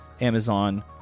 Amazon